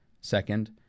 Second